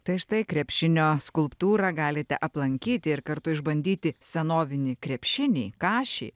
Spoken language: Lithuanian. tai štai krepšinio skulptūrą galite aplankyti ir kartu išbandyti senovinį krepšinį kašį